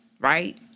right